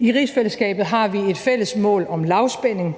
I rigsfællesskabet har vi et fælles mål om lavspænding